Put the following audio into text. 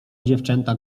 dziewczęta